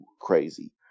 crazy